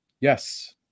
Yes